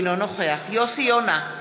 אינו נוכח יוסי יונה,